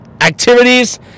activities